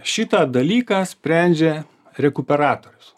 šitą dalyką sprendžia rekuperatorius